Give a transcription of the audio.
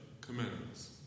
Commandments